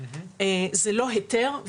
זה לא היתר.